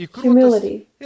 humility